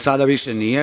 Sada više nije.